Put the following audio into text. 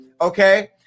okay